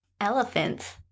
Elephants